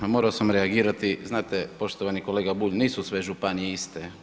Pa morao sam reagirati, znate poštovani kolega Bulj, nisu sve županije iste.